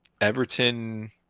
Everton